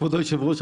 כבוד היושב-ראש,